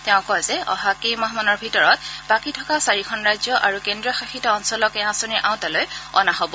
তেওঁ কয় যে অহা কেইমাহমানৰ ভিতৰতে বাকী থকা চাৰিখন ৰাজ্য আৰু কেন্দ্ৰীয় শাসিত অঞ্চলক এই আঁচনিৰ আওতালৈ অনা হ'ব